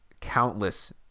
countless